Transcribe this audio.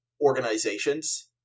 organizations